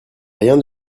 rien